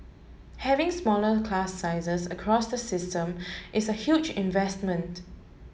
having smaller class sizes across the system is a huge investment